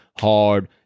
hard